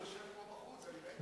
הוא יושב פה בחוץ, אני ראיתי אותו.